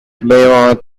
beethoven